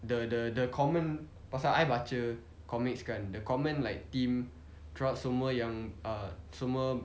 the the the common pasal I baca comics kan the common like theme throughout semua yang semua